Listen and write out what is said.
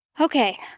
Okay